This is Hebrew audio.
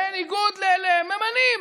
בניגוד, ממנים.